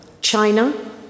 China